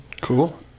Cool